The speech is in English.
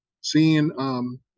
seeing